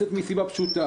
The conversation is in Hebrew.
הזמניות.